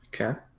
Okay